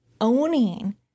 owning